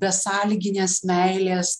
besąlyginės meilės